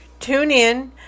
TuneIn